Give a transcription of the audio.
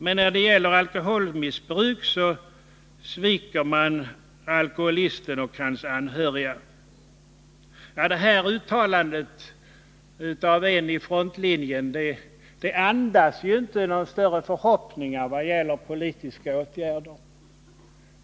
Men när det gäller alkoholmissbruk så sviker man alkoholisten och hans anhöriga.” Det här uttalandet av en i frontlinjen andas inte några större förhoppningar om åtgärder från politikerna.